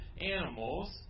animals